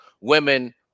women